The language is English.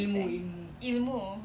ilmu ilmu